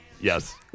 Yes